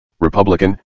Republican